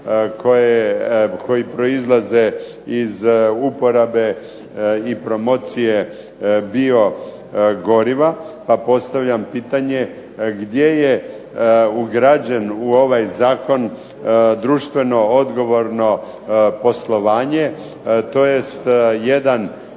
koji proizlaze iz uporabe i promocije biogoriva pa postavljam pitanje gdje je ugrađeno u ovaj zakon društveno odgovorno poslovanje tj. jedan